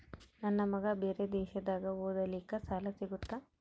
ನನ್ನ ಮಗ ಬೇರೆ ದೇಶದಾಗ ಓದಲಿಕ್ಕೆ ಸಾಲ ಸಿಗುತ್ತಾ?